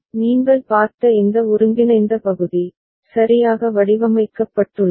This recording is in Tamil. நீங்கள் பார்த்த இந்த ஒருங்கிணைந்த பகுதி சரியாக வடிவமைக்கப்பட்டுள்ளது